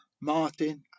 Martin